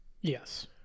Yes